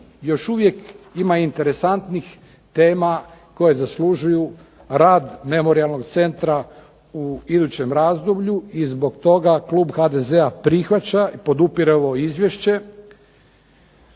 još uvijek ima interesantnih tema koji zaslužuju rad Memorijalnog centra u idućem razdoblju. I zbog toga klub HDZ-a prihvaća i podupire ovo izvješće.